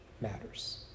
matters